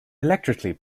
electrically